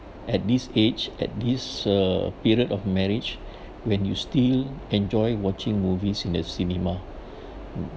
at this age at this uh period of marriage when you still enjoy watching movies in the cinema